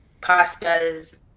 pastas